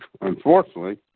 Unfortunately